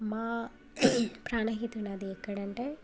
మా ప్రాణహిత నది ఎక్కడంటే